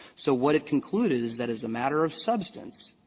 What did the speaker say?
so what it concluded is that as a matter of substance,